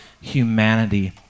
humanity